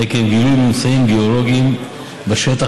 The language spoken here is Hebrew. עקב גילוי ממצאים גיאולוגיים בשטח,